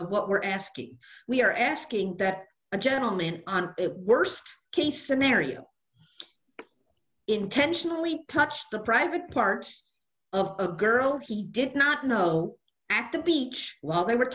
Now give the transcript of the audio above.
of what we're asking we are asking that a gentlemen on a worst case scenario intentionally touched the private parts of the girl he did not know at the beach while they were